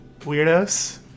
weirdos